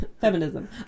feminism